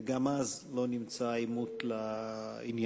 וגם אז לא נמצא האימות לעניין.